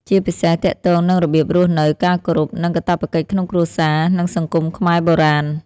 ជាពិសេសទាក់ទងនឹងរបៀបរស់នៅ ការគោរព និងកាតព្វកិច្ចក្នុងគ្រួសារ និងសង្គមខ្មែរបុរាណ។